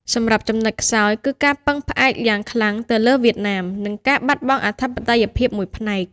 សម្រាប់ចំណុចខ្សោយ គឺការពឹងផ្អែកយ៉ាងខ្លាំងទៅលើវៀតណាម និងការបាត់បង់អធិបតេយ្យភាពមួយផ្នែក។